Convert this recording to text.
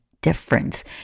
difference